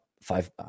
five